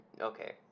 Okay